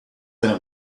than